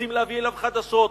רוצים להביא אליו חדשות,